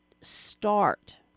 start